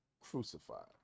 crucified